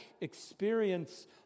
experience